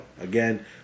again